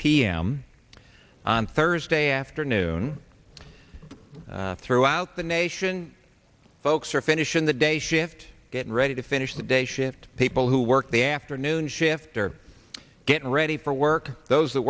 p m on thursday afternoon throughout the nation folks are finish in the day shift get ready to finish the day shift people who work the afternoon shift or get ready for work those that